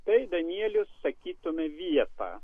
tai danielius sakytume vietą